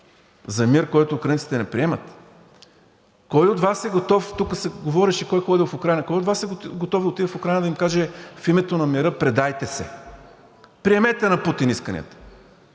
За мир, който украинците не приемат? Кой от Вас е готов, тук се говореше кой е ходил в Украйна, кой от Вас е готов да отиде в Украйна и да им каже: „В името на мира, предайте се, приемете на Путин исканията?“